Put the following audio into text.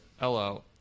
Hello